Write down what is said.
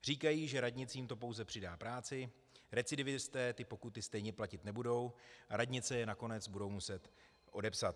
Říkají, že radnicím to pouze přidá práci, recidivisté ty pokuty stejně platit nebudou, radnice je nakonec budou muset odepsat.